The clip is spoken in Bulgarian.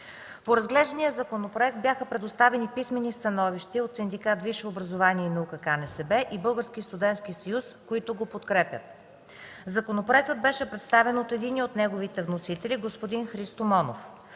По разглеждания законопроект бяха представени писмени становища от синдикат „Висше образование и наука” – КНСБ и Българския студентски съюз, които го подкрепят. Законопроектът беше представен от единия от неговите вносители – господин Христо Монов.